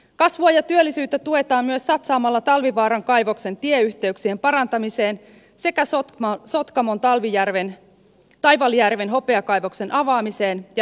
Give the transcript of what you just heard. kasvua ja työllisyyttä tuetaan myös satsaamalla talvivaaran kaivoksen tieyhteyksien parantamiseen sekä sotkamon taivaljärven hopeakaivoksen avaamiseen ja rikastamon rakentamiseen